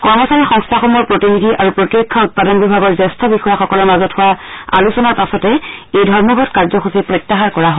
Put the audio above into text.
কৰ্মচাৰী সংস্থাসমূহৰ প্ৰতিনিধি আৰু প্ৰতিৰক্ষা উৎপাদন বিভাগৰ জ্যেষ্ঠ বিষয়াসকলৰ মাজত হোৱা আলোচনাৰ পাছতে এই ধৰ্মঘট কাৰ্যসূচী প্ৰত্যাহাৰ কৰা হয়